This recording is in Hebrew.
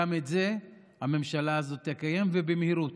גם את זה הממשלה הזאת תקיים, ובמהירות,